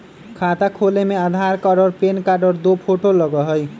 खाता खोले में आधार कार्ड और पेन कार्ड और दो फोटो लगहई?